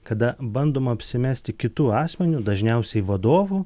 kada bandoma apsimesti kitu asmeniu dažniausiai vadovu